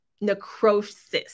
necrosis